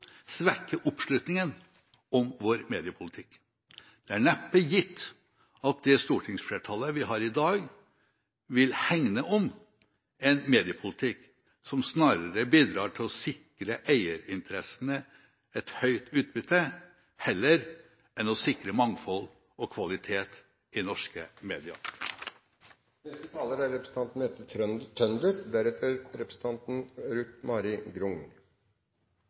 svekke oppslutningen om vår mediepolitikk. Det er neppe gitt at det stortingsflertallet vi har i dag, vil hegne om en mediepolitikk som snarere bidrar til å sikre eierinteressene et høyt utbytte, enn til å sikre mangfold og kvalitet i norske